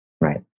right